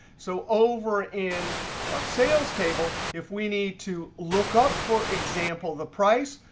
so over in our sales table, if we need to look up, for example, the price,